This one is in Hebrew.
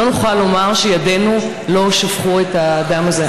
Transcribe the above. לא נוכל לומר שידינו לא שפכו את הדם הזה.